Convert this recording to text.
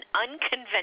unconventional